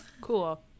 Cool